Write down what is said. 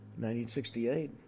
1968